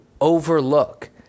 overlook